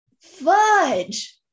fudge